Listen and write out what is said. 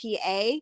PA